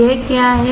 यह क्या है